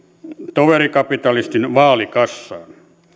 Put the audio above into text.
toverikapitalistin vaalikassaan